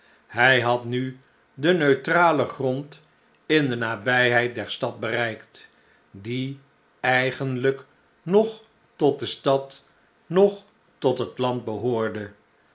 hij had nu den neutralen grond in de nabijheid der stad bereikt die eigenlijk noch tot de slbchte tijden stad noch tot het land behoorde